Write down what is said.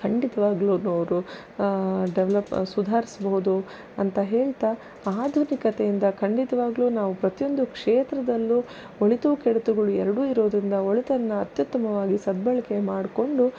ಖಂಡಿತವಾಗ್ಲು ಅವರು ಡೆವಲಪ್ ಸುಧಾರಿಸ್ಬಹುದು ಅಂತ ಹೇಳ್ತಾ ಆಧುನಿಕತೆಯಿಂದ ಖಂಡಿತವಾಗಲು ನಾವು ಪ್ರತಿಯೊಂದು ಕ್ಷೇತ್ರದಲ್ಲೂ ಒಳಿತು ಕೆಡುತುಗಳು ಎರಡೂ ಇರುವುದರಿಂದ ಒಳಿತನ್ನು ಅತ್ಯುತ್ತಮವಾಗಿ ಸದ್ಭಳಕೆ ಮಾಡಿಕೊಂಡು